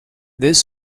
this